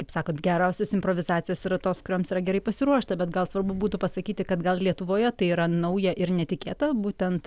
kaip sakot gerosios improvizacijos yra tos kurioms yra gerai pasiruošta bet gal svarbu būtų pasakyti kad gal lietuvoje tai yra nauja ir netikėta būtent